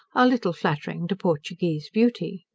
are little flattering to portugueze beauty.